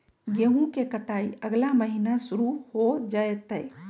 गेहूं के कटाई अगला महीना शुरू हो जयतय